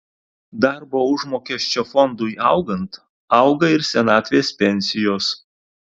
darbo užmokesčio fondui augant auga ir senatvės pensijos